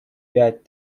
пять